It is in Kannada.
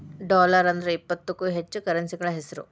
ಡಾಲರ್ ಅಂದ್ರ ಇಪ್ಪತ್ತಕ್ಕೂ ಹೆಚ್ಚ ಕರೆನ್ಸಿಗಳ ಹೆಸ್ರು